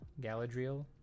Galadriel